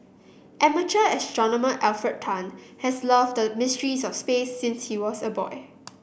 amateur astronomer Alfred Tan has loved the mysteries of space since he was a boy